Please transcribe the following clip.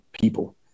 people